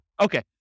Okay